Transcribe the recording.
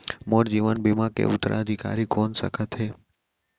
मोर जीवन बीमा के उत्तराधिकारी कोन सकत हे?